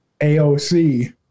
AOC